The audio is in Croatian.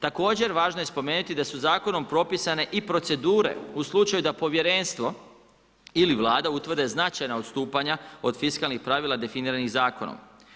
Također važno je spomenuti da su zakonom propisane i procedure u slučaju da povjerenstvo ili Vlada utvrde značajna odstupanja od fiskalnih pravila definiranih zakonom.